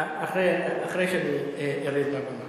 אחרי שאני ארד מהבמה.